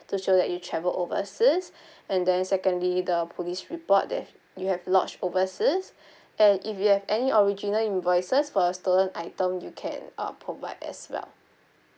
to show that you travelled overseas and then secondly the police report that you have lodged overseas and if you have any original invoices for your stolen item you can uh provide as well